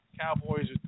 Cowboys